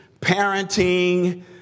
parenting